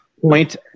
point